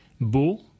Beau